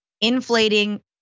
inflating